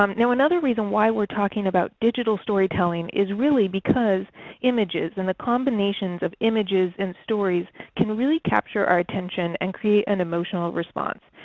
um now another reason why we are talking about digital storytelling is really because images, and the combination of images and stories can really capture our attention and create an emotional response.